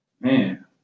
Man